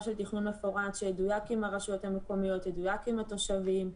של תכנון מפורט שידויק עם הרשויות המקומיות ועם התושבים.